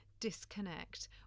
disconnect